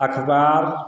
अखबार